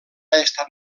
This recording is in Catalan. estat